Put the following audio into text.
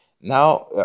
Now